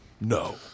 No